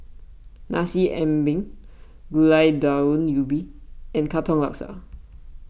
Nasi Ambeng Gulai Daun Ubi and Katong Laksa